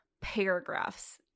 paragraphs